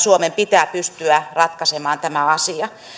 suomen pitää pystyä ratkaisemaan tämä asia